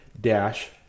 dash